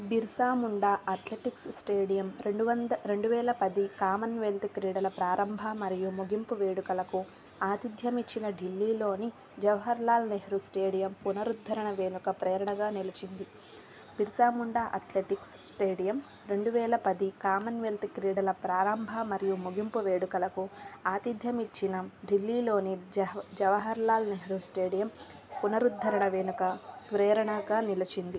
Birsa Munda athletics stadium రెండువంద రెండువేల పది Commonwealth క్రీడల ప్రారంభ మరియు ముగుంపు వేడుకలకు ఆతిధ్యం ఇచ్చిన ఢిల్లీలోని జవహర్ లాల్ నెహ్రూ స్టేడియం పునరుద్ధరణ వెనుక ప్రేరణగా నిలిచింది బిర్సాముండా అథ్లెటిక్స్ స్టేడియం రెండువేల పది కామన్వెల్త్ క్రీడల ప్రారంభ మరియు ముగుంపు వేడుకలకు ఆతిధ్యం ఇచ్చిన ఢిల్లీలోని జవ జవహర్ లాల్ నెహ్రూ స్టేడియం పునరుద్ధరణ వెనుక ప్రేరణగా నిలిచింది